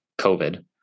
COVID